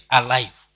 alive